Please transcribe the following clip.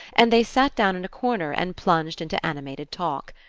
and they sat down in a corner and plunged into animated talk.